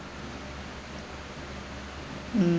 mm